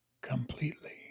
completely